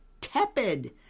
tepid